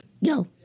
Yo